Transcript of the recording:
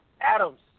Adams